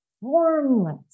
formless